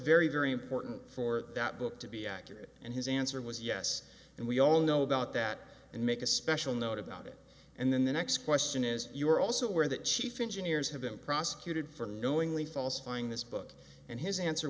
very very important for that book to be accurate and his answer was yes and we all know about that and make a special note about it and then the next question is you are also aware that chief engineers have been prosecuted for knowingly falsifying this book and his answer